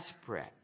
desperate